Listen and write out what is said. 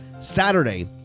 Saturday